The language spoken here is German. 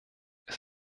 ist